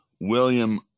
William